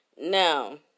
Now